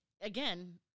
again